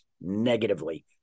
negatively